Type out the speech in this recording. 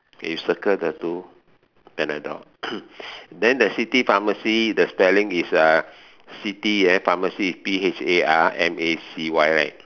you circle the two and the the then the city pharmacy the spelling is uh city then pharmacy is P H A R M A C Y right